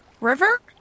river